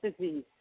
disease